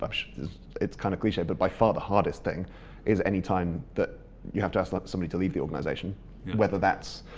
ah it's kind of cliche but by far the hardest thing is any time that you have to ask somebody to leave the organisation whether that's